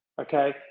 Okay